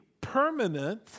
permanent